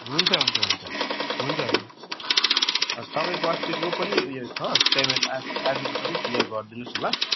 हुन्छ हुन्छ हुन्छ हुन्छ तपाईँको अस्तिको पनि उयो छ पेमेन्ट आजु आजकोसँगै क्लियर गर्दिनुहोस् न ल